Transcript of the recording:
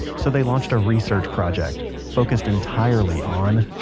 so, they launched a research project focused entirely on,